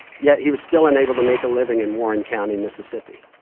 yet, he was still unable to make a living in warren county, mississippi.